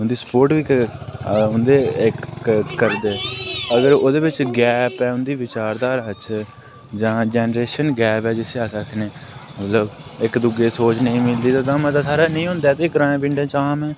उं'दी सपोर्ट बी उं'दे अगर ओह्दे बिच्च गैप ऐ उं'दी विचारधारा च ज़ां जनरेशन गैप ऐ जिसी अस आक्खने मतलब एक दुए सोच नेईं मिलदी तां मता सारा मतलब नेईं होंदा ऐ ग्राएं पिंडें च आम